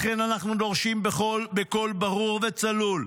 לכן אנחנו דורשים בקול ברור וצלול: